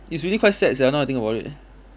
it's really quite sad sia now I think about it